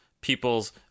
people's